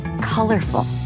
Colorful